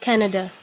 Canada